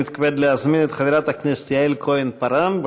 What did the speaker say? אני מתכבד להזמין את חברת הכנסת יעל כהן-פארן,